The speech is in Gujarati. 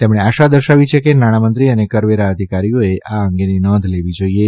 તેમણે આશા દર્શાવી કે નાણાંમંત્રી અને કરવેરા અધિકારીઓએ આ અંગેની નોંધ લેવી જાઇએ